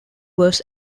was